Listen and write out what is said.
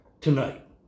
tonight